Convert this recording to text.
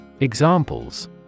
Examples